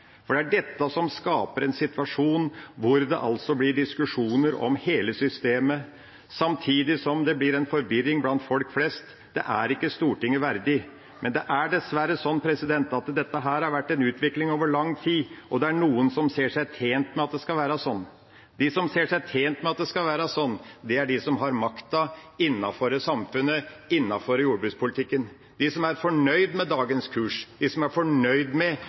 blir diskusjoner om hele systemet, samtidig som det blir en forvirring blant folk flest. Det er ikke Stortinget verdig. Dessverre har dette vært en utvikling over lang tid, og noen ser seg tjent med at det skal være sånn. De som ser seg tjent med at det skal være sånn, er de som har makta innenfor samfunnet og jordbrukspolitikken, de som er fornøyd med dagens kurs, de som er fornøyd med